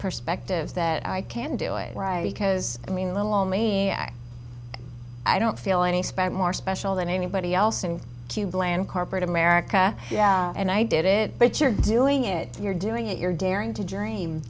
perspective that i can do it right because i mean little ole me as i don't feel any spent more special than anybody else and cube land corporate america and i did it but you're doing it you're doing it you're daring to dream